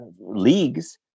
Leagues